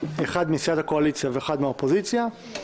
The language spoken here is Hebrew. אחד מסיעת הקואליציה ואחד מהאופוזיציה,